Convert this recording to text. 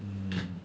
mm